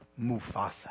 Mufasa